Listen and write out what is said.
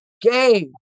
game